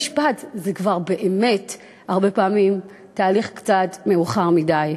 אבל הרבה פעמים בית-המשפט זה תהליך מאוחר מדי.